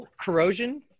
corrosion